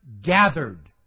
gathered